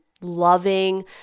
loving